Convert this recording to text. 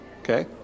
okay